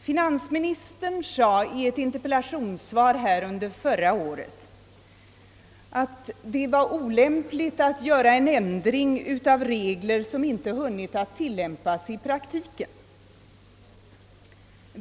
Finansministern sade i ett interpellationssvar här förra året att det vore olämpligt att göra en ändring av regler som inte hunnit tillämpas i praktiken.